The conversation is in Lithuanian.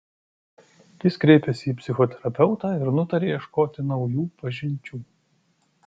jis kreipėsi į psichoterapeutą ir nutarė ieškoti naujų pažinčių